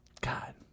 God